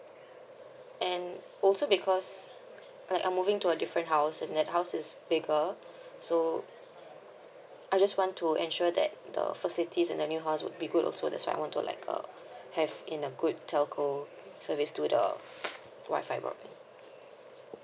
and also because like I'm moving to a different house and that house is bigger so I just want to ensure that the facilities in the new house would be good also that's why I want to like uh have in a good telco service to the WI-FI broadband